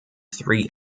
three